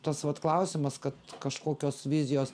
tas vat klausimas kad kažkokios vizijos